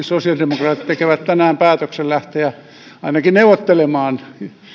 sosiaalidemokraatit tekevät tänään päätöksen lähteä ainakin neuvottelemaan